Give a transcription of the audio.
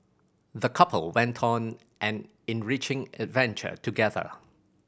the couple went on an enriching adventure together